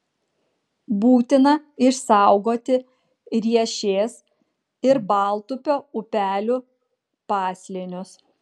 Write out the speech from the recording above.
būtina išsaugoti riešės ir baltupio upelių paslėnius